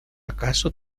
acaso